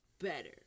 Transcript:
better